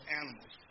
animals